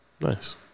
Nice